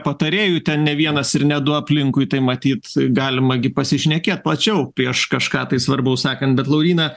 patarėjų ten ne vienas ir ne du aplinkui tai matyt galima gi pasišnekėt tačiau prieš kažką svarbaus sakant bet lauryna